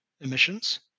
emissions